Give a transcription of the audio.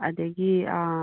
ꯑꯗꯨꯗꯒꯤ ꯑꯥ